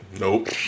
nope